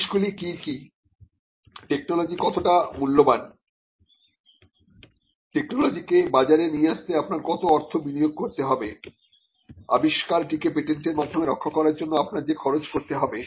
জিনিসগুলি কি কি টেকনোলজি কতটা মূল্যবান টেকনোলজিকে বাজারে নিয়ে আসতে আপনার কত অর্থ বিনিয়োগ করতে হবে আবিষ্কারটিকে পেটেন্টের মাধ্যমে রক্ষা করার জন্য আপনার যে খরচ করতে হবে